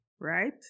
right